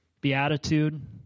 beatitude